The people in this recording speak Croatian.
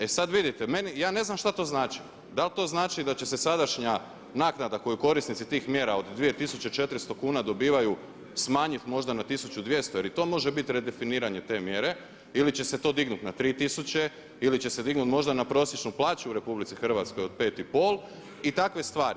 E sada vidite, ja ne znam šta to znači, da li to znači da će se sadašnja naknada koju korisnici tih mjera od 2400 kuna koje dobivaju smanjiti možda na 1200 jer i to može biti redefiniranje te mjere ili će se to dignuti na 3000 ili će se dignuti možda na prosječnu plaću u RH od 5,500 i takve stvari.